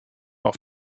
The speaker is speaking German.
auf